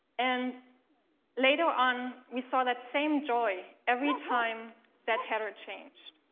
and later on, we saw that same joy every time that header changed.